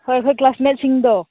ꯍꯣꯏ ꯑꯩꯈꯣꯏ ꯀ꯭ꯂꯥꯁꯃꯦꯠꯁꯤꯡꯗꯣ